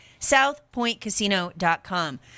southpointcasino.com